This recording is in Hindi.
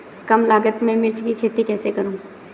कम लागत में मिर्च की खेती कैसे करूँ?